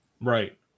right